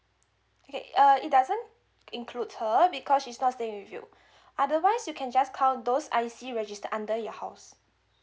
okay uh it doesn't include her because she's not staying with you otherwise you can just count those I_C registered under your house